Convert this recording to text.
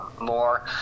more